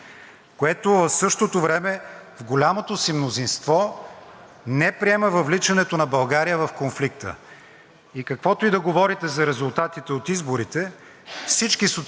Каквото и да говорите за резултатите от изборите, всички социологически проучвания ясно показват къде стоят българските граждани по отношение на това, което се опитвате да решите днес.